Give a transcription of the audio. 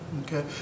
Okay